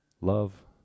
Love